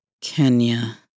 Kenya